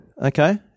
Okay